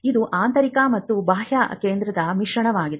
ಇದು ಆಂತರಿಕ ಮತ್ತು ಬಾಹ್ಯ ಕೇಂದ್ರದ ಮಿಶ್ರಣವಾಗಿದೆ